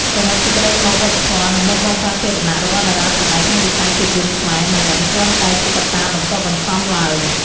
សរុបសេចក្តីមក វប្បធម៌ និងមុខមាត់សាធារណៈរបស់តារាសម្ដែងក្នុងវិស័យភាពយន្តខ្មែរ មិនមែនគ្រាន់តែជាកត្តាបន្ទាប់បន្សំឡើយ។